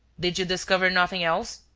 did you discover nothing else?